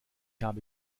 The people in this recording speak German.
habe